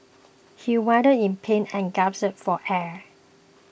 he writhed in pain and gasped for air